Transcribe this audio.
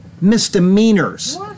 misdemeanors